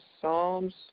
Psalms